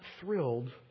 thrilled